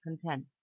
content